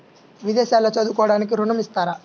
విదేశాల్లో చదువుకోవడానికి ఋణం ఇస్తారా?